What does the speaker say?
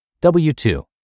W-2